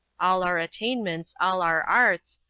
all our attainments, all our arts,